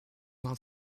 not